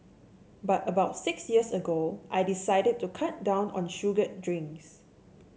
but about six years ago I decided to cut down on sugared drinks